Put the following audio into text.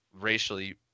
racially